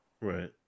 Right